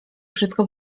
wszystko